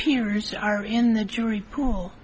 peers are in the jury pool